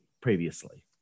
previously